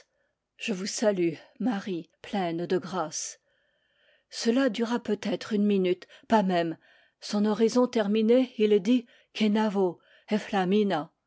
je vous salue marie pleine de grâce cela dura peut-être une minute pas même son oraison terminée il dit kenavo